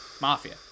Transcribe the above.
Mafia